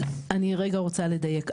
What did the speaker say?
אני רגע רוצה לדייק.